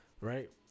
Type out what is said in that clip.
right